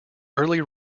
early